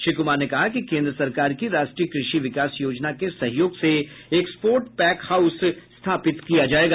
श्री कुमार ने कहा कि केन्द्र सरकार की राष्ट्रीय कृषि विकास योजना के सहयोग से एक्सपोर्ट पैक हाऊस स्थापित किया जायेगा